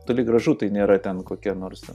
toli gražu tai nėra ten kokia nors